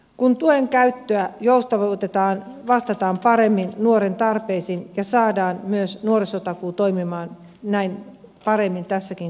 kun tuen käyttöä joustavoitetaan vastataan paremmin nuoren tarpeisiin ja saadaan myös nuorisotakuu toimimaan näin paremmin tässäkin kohderyhmässä